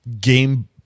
game